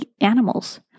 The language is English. animals